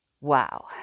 Wow